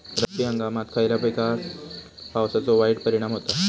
रब्बी हंगामात खयल्या पिकार पावसाचो वाईट परिणाम होता?